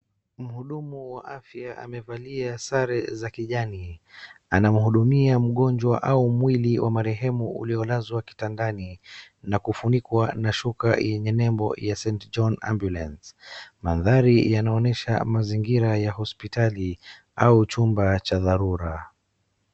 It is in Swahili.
Mhudumu wa afya amevalia sare za kijani anamhudumia mgonjwa au mwili wa marehemu uliolazwa kitandani na kufunikwa na shuka yenye nembo ya St John Ambulance. Mandhari yanaonesha mazingira ya hospitali au chumba cha dharura.